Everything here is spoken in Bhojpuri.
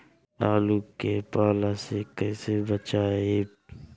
आलु के पाला से कईसे बचाईब?